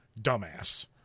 dumbass